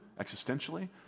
existentially